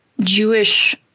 Jewish